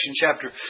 chapter